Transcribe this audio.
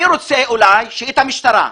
אני רוצה אולי שהמשטרה,